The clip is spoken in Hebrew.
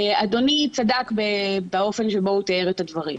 אדוני צדק באופן תיאור הדברים.